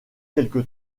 quelque